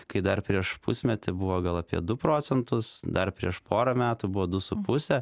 kai dar prieš pusmetį buvo gal apie du procentus dar prieš porą metų buvo du su puse